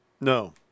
No